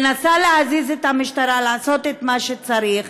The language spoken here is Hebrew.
מנסה להזיז את המשטרה לעשות את מה שצריך.